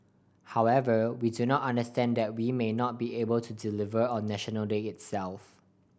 however we do not understand that we may not be able to deliver on National Day itself